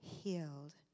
healed